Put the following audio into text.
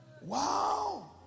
Wow